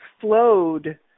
flowed